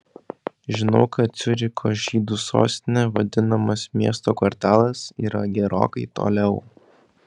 žinau kad ciuricho žydų sostine vadinamas miesto kvartalas yra gerokai toliau